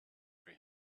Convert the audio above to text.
for